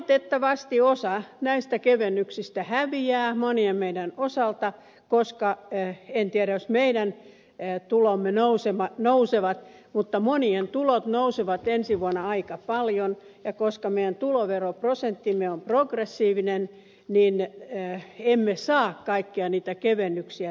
valitettavasti osa näistä kevennyksistä häviää monien meidän osalta koska en tiedä jos meidän tulomme nousevat mutta monien tulot nousevat ensi vuonna aika paljon ja koska meidän tuloveroprosenttimme on progressiivinen niin emme saa kaikkia niitä kevennyksiä hyväksemme